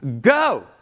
Go